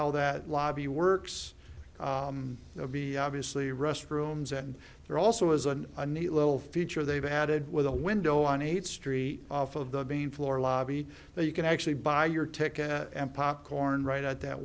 how that lobby works obviously restrooms and there also is an a neat little feature they've added with a window on eighth street of of the main floor lobby that you can actually buy your ticket and popcorn right out that